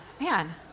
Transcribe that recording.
Man